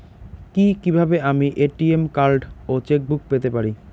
কি কিভাবে আমি এ.টি.এম কার্ড ও চেক বুক পেতে পারি?